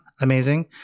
Amazing